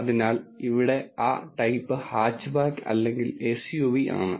അതിനാൽ ഇവിടെ ആ ടൈപ്പ് ഹാച്ച്ബാക്ക് അല്ലെങ്കിൽ എസ്യുവി ആണ്